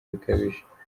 bikabije